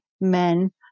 men